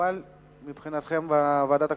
מקובלת מבחינתכם ועדת הכספים?